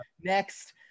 Next